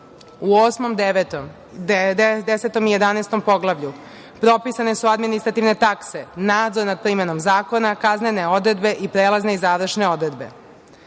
i jedanaestom poglavlju propisane su administrativne takse, nadzor nad primenom zakona, kaznene odredbe i prelazne i završne odredbe. Želim